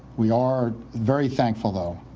we are very thankful, though,